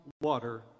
water